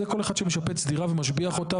זה כל אחד שמשפץ דירה ומשביח אותה,